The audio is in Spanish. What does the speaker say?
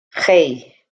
hey